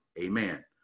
amen